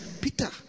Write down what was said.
Peter